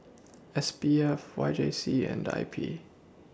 S P F Y J C and I P